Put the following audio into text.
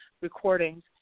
recordings